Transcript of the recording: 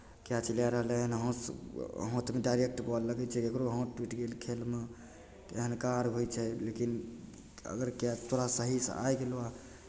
catch लए रहलै हन हाँस हाथमे डायरेक्ट बॉल लगै छै ककरो हाथ टूटि गेल खेलमे तऽ एहन काज होइ छै लेकिन अगर कैच तोरा सहीसँ आबि गेलौ